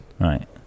right